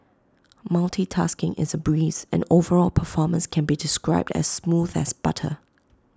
multitasking is A breeze and overall performance can be described as smooth as butter